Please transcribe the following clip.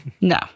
No